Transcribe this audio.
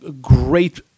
great